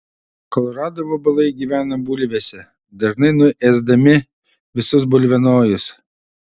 kolorado vabalai gyvena bulvėse dažnai nuėsdami visus bulvienojus